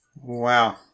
Wow